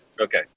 Okay